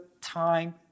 time